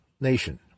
nation